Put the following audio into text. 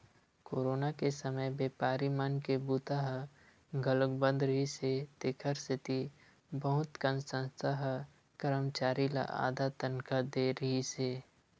corona के समे बेपारी मन के बूता ह घलोक बंद रिहिस हे तेखर सेती बहुत कन संस्था ह करमचारी ल आधा तनखा दे रिहिस हे